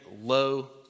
low